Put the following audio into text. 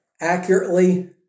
accurately